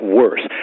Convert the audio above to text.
worse